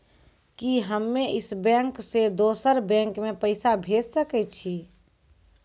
कि हम्मे इस बैंक सें दोसर बैंक मे पैसा भेज सकै छी?